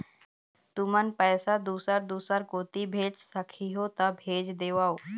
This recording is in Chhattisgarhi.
तुमन पैसा दूसर दूसर कोती भेज सखीहो ता भेज देवव?